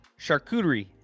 charcuterie